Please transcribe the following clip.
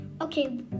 Okay